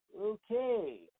Okay